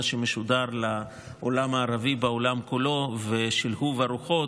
שמשודר לעולם הערבי בעולם כולו ושלהוב הרוחות,